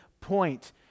point